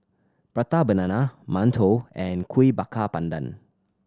Prata Banana mantou and Kuih Bakar Pandan